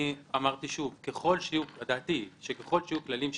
ככל שיהיו כללים שוויוניים,